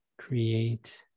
Create